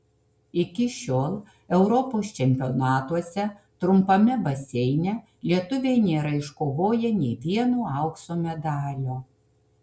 iki šiol europos čempionatuose trumpame baseine lietuviai nėra iškovoję nė vieno aukso medalio